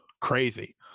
crazy